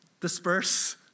disperse